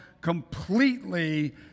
Completely